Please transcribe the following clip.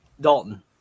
Dalton